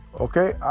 Okay